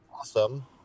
awesome